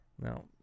now